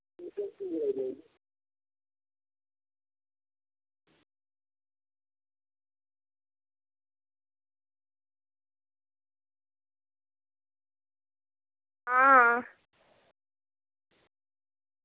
आं